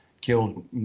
killed